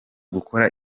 gukora